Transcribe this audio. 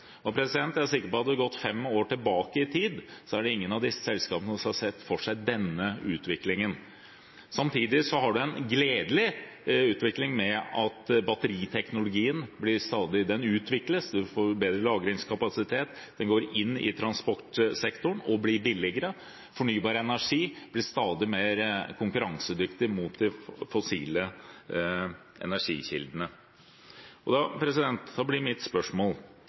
Jeg er sikker på at hadde man gått fem år tilbake i tid, er det ingen av disse selskapene som hadde sett for seg denne utviklingen. Samtidig har man en gledelig utvikling med at batteriteknologien stadig utvikles. Det blir bedre lagringskapasitet, den brukes i transportsektoren og blir billigere. Fornybar energi blir stadig mer konkurransedyktig overfor de fossile energikildene. Da blir mitt spørsmål